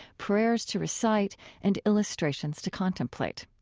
prayers to recite and illustrations to contemplate.